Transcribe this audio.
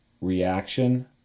reaction